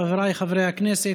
חבריי חברי הכנסת,